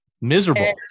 Miserable